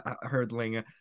hurdling